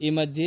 ಈ ಮಧ್ಯೆ